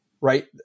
right